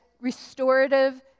restorative